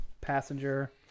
Passenger